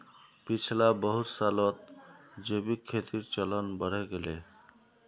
पिछला बहुत सालत जैविक खेतीर चलन बढ़े गेले